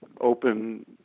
open